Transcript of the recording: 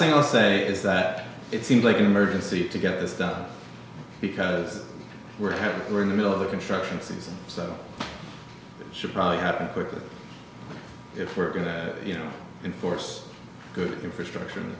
thing i'll say is that it seemed like an emergency to get this done because we're in the middle of the construction season so should probably happen quicker if we're going to you know enforce good infrastructure